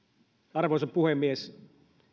arvoisa puhemies